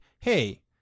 hey